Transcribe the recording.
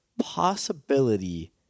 possibility